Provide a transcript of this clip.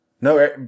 No